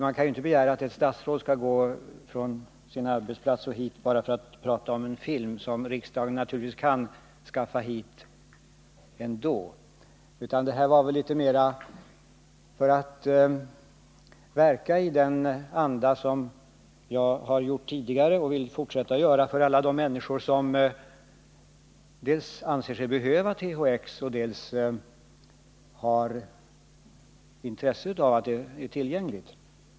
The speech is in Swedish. Man kan ju inte begära att ett statsråd skall gå från sin arbetsplats till riksdagen för att tala om en film som riksdagen givetvis kan skaffa hit ändå, utan avsikten med min fråga var väl litet mer att verka i den anda som jag har gjort tidigare och vill fortsätta att göra för alla de människor som dels anser sig behöva THX, dels har intresse av att det är tillgängligt.